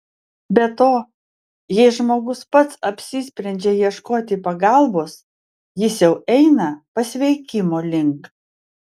be to jei žmogus pats apsisprendžia ieškoti pagalbos jis jau eina pasveikimo link